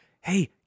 hey